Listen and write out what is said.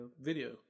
video